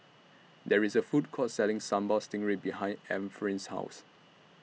There IS A Food Court Selling Sambal Stingray behind Ephraim's House